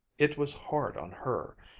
it was hard on her.